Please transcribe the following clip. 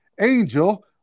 Angel